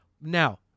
Now